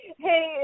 hey